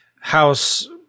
house